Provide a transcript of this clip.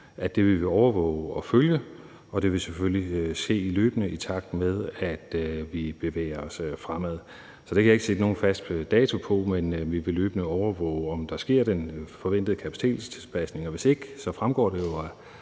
at det vil vi overvåge og følge, og det vil selvfølgelig ske løbende, i takt med at vi bevæger os fremad. Så det kan jeg ikke sætte nogen fast dato på. Men vi vil løbende overvåge, om der sker den forventede kapacitetstilpasning – og hvis ikke, så fremgår det jo